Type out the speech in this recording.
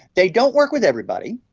they don't work with everybody.